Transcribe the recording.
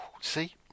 See